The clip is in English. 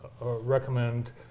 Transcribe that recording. recommend